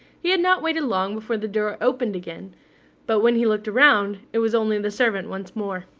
he had not waited long before the door opened again but when he looked round, it was only the servant once more.